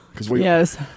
Yes